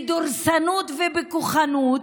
בדורסנות ובכוחנות,